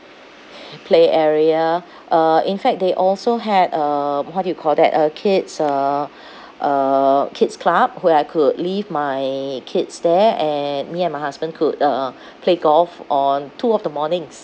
play area uh in fact they also had um what do you call that uh kids uh uh kids club where I could leave my kids there and me and my husband could uh play golf on two of the mornings